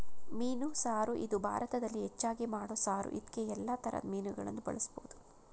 ಮೀನು ಸಾರು ಇದು ಭಾರತದಲ್ಲಿ ಹೆಚ್ಚಾಗಿ ಮಾಡೋ ಸಾರು ಇದ್ಕೇ ಯಲ್ಲಾ ತರದ್ ಮೀನುಗಳನ್ನ ಬಳುಸ್ಬೋದು